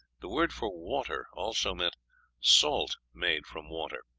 the word for water also meant salt made from water,